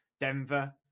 Denver